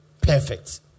Perfect